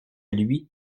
lui